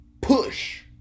push